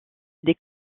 des